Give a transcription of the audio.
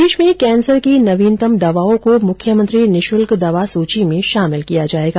प्रदेश में कैंसर की नवीनतम दवाओं को मुख्यमंत्री निःशुल्क दवा सूची में शामिल किया जाएगा